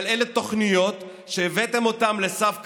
אבל אלה תוכניות שהבאתם אותן לסף קריסה,